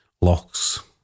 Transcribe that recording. locks